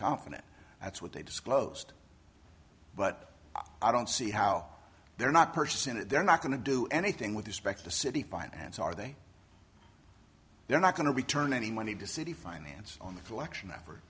confident that's what they disclosed but i don't see how they're not personal they're not going to do anything with respect to city finance are they they're not going to return any money to city finance on the collection